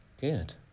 Good